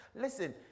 Listen